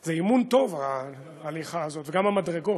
זה אימון טוב, ההליכה הזאת, וגם המדרגות.